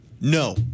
No